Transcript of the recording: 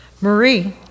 Marie